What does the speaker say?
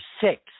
six